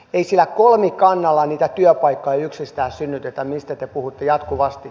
ei sillä kolmikannalla niitä työpaikkoja yksistään synnytetä mistä te puhutte jatkuvasti